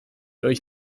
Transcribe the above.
euch